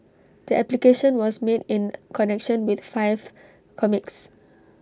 the application was made in connection with five comics